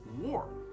War